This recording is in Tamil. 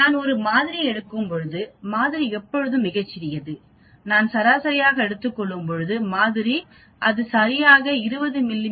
நான் ஒரு மாதிரியை எடுக்கும்போது மாதிரி எப்போதும் மிகச் சிறியது நான் சராசரியாக எடுத்துக் கொள்ளும்போது மாதிரி அது சரியாக 20 மி